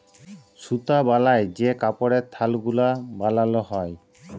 সুতা বালায় যে কাপড়ের থাল গুলা বালাল হ্যয়